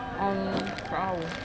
um tak tahu